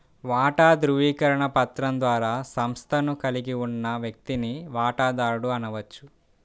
వాటా ధృవీకరణ పత్రం ద్వారా సంస్థను కలిగి ఉన్న వ్యక్తిని వాటాదారుడు అనవచ్చు